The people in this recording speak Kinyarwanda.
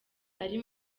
ari